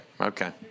okay